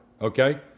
okay